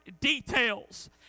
details